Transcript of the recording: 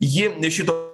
ji šito